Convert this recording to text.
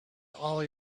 all